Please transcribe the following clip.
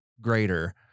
greater